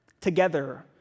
together